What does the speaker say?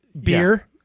beer